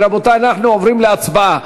רבותי, אנחנו עוברים להצבעה.